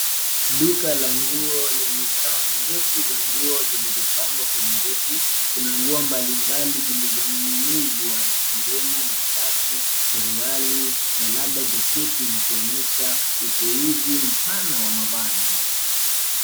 Duka la nguo lenye safu ndefu za nguo zilizopangwa kwenye reki. Kuna nguo mbalimbali zilizoning'inizwa zikiwemo mashati, suruali na labda jaketi zikionyesha uteuzi mpana wa mavazi.